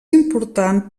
important